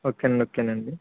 okay అండి okay అండి